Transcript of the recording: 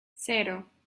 cero